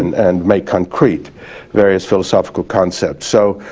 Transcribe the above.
and make concrete various philosophical concepts. so,